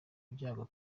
ibyago